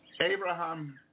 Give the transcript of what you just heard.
Abraham